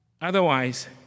Otherwise